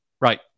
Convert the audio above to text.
Right